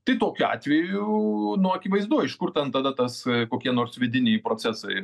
tai tokiu atveju nu akivaizdu iš kur ten tada tas kokie nors vidiniai procesai